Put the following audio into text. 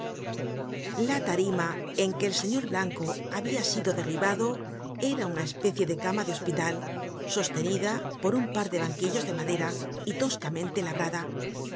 la tarima en que el señor blanco habia sido derribado era una especie de cama de hospital sostenida por un par de banquillos de madera y toscamente labrada